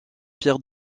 pierre